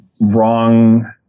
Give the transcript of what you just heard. wrong